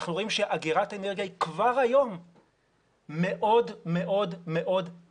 אנחנו רואים שאגירת אנרגיה היא כבר היום מאוד מאוד כדאית.